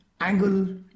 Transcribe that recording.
angle